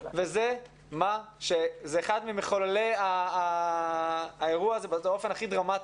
זה אחד ממחוללי האירוע הזה באופן הכי דרמטי,